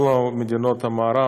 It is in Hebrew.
כל מדינות המערב,